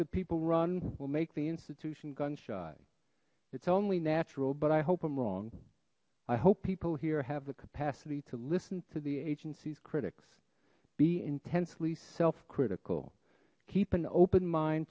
that people run will make the institution gunshot it's only natural but i hope i'm wrong i hope people here have the capacity to listen to the agency's critics be intensely self critical keep an open mind